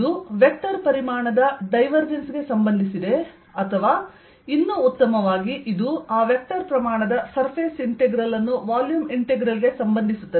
ಇದು ವೆಕ್ಟರ್ ಪರಿಮಾಣದ ಡೈವರ್ಜೆನ್ಸ್ ಗೆ ಸಂಬಂಧಿಸಿದೆ ಅಥವಾ ಇನ್ನೂ ಉತ್ತಮವಾಗಿ ಇದು ಆ ವೆಕ್ಟರ್ ಪ್ರಮಾಣದ ಸರ್ಫೇಸ್ ಇಂಟೆಗ್ರಲ್ ಅನ್ನು ವಾಲ್ಯೂಮ್ ಇಂಟೆಗ್ರಲ್ ಗೆ ಸಂಬಂಧಿಸುತ್ತದೆ